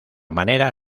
manera